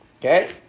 Okay